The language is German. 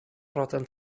roten